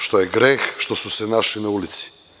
Što je greh što su se našli na ulici?